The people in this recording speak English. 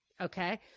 okay